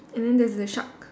and then there's the shark